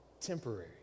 temporary